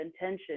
intention